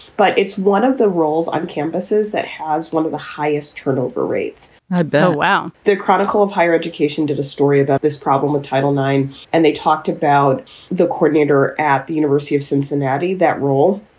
but it's one of the roles on campuses that has one of the highest turnover rates. bell wow. the chronicle of higher education did a story about this problem of title nine and they talked about the coordinator at the university of cincinnati. that role,